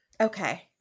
Okay